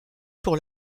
pour